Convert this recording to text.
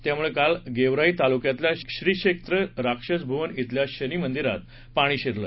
त्यामुळे काल गेवराई तालुक्यातल्या श्रीक्षेत्र राक्षसभुवन इथल्या शनी मंदिरात पाणी शिरलं